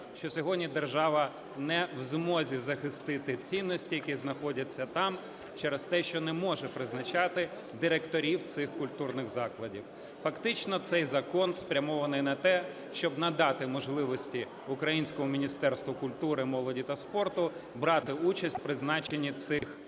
що сьогодні держава не в змозі захистити цінності, які знаходяться там через те, що не може призначати директорів цих культурних закладів. Фактично, цей закон спрямований на те, щоб надати можливості українському Міністерству культури, молоді та спорту брати участь в призначенні цих директорів.